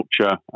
culture